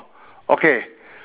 okay